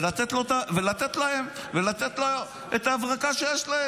ולתת להם את ההברקה שיש לו.